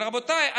אבל רבותיי,